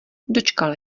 dočkal